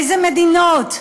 איזה מדינות?